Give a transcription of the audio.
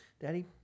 daddy